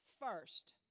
first